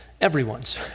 Everyone's